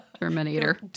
Terminator